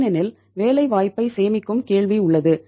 ஏனெனில் வேலைவாய்ப்பைச் சேமிக்கும் கேள்வி உள்ளது